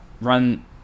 run